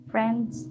Friends